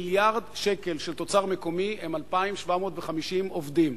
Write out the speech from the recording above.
מיליארד שקל של תוצר מקומי הם 2,750 עובדים.